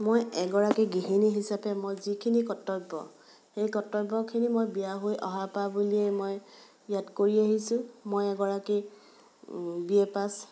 মই এগৰাকী গৃহিণী হিচাপে মই যিখিনি কৰ্তব্য সেই কৰ্তব্যখিনি মই বিয়া হৈ অহাৰ পৰা বুলিয়েই মই ইয়াত কৰি আহিছোঁ মই এগৰাকী বি এ পাচ